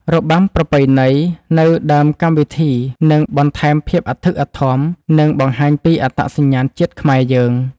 របាំប្រពៃណីនៅដើមកម្មវិធីនឹងបន្ថែមភាពអធិកអធម និង បង្ហាញពីអត្តសញ្ញាណជាតិខ្មែរយើង។